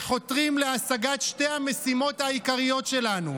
וחותרים להשגת שתי המשימות העיקריות שלנו,